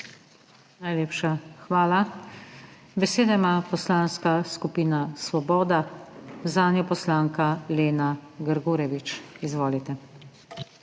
Najlepša hvala. Besedo ima Poslanska skupina Svoboda, zanjo poslanka Lena Grgurevič. Izvolite.